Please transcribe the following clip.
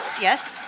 Yes